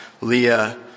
Leah